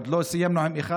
עוד לא סיימנו עם אחד,